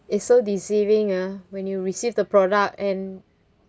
it's so deceiving ah when you received the product and